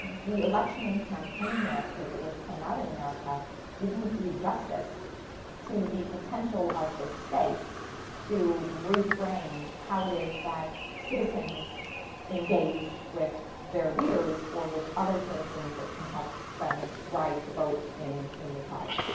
the election and campaign narrative that was playing out in america didn't do justice to the potential of this space to reframe how it is that citizens engage with their leaders or with other citizens that can help them rise the boat in in the tide,